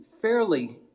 fairly